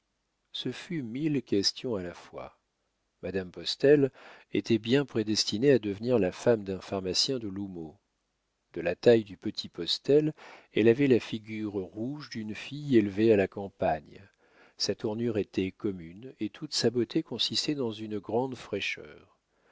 ce fut mille questions à la fois madame postel était bien prédestinée à devenir la femme d'un pharmacien de l'houmeau de la taille du petit postel elle avait la figure rouge d'une fille élevée à la campagne sa tournure était commune et toute sa beauté consistait dans une grande fraîcheur